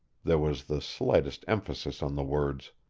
there was the slightest emphasis on the words,